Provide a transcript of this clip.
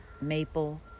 maple